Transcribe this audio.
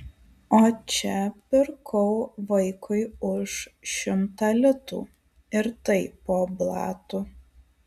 o čia pirkau vaikui už šimtą litų ir tai po blatu